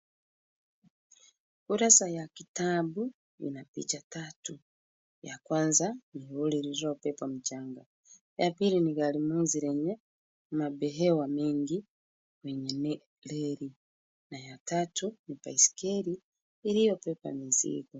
Kurasa ya kitabu ina picha tatu. Ya kwanza ni lori lililobeba mchanga, ya pili gari moshi lenye mabehewa mengi kwenye reli na ya tatu ni baiskeli iliyobeba mizigo.